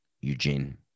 Eugene